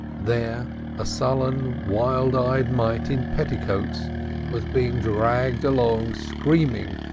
there a sullen wild-eyed mite in petticoats was being dragged along, screaming,